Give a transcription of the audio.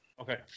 Okay